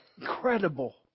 Incredible